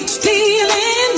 stealing